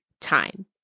time